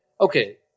okay